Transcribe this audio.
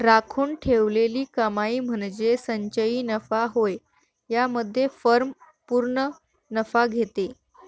राखून ठेवलेली कमाई म्हणजे संचयी नफा होय यामध्ये फर्म पूर्ण नफा घेते